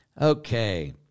Okay